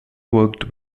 worked